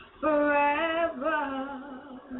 forever